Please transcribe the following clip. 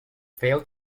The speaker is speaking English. failed